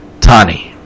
Tani